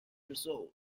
result